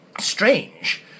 strange